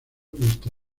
esta